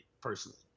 personally